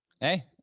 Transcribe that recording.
Hey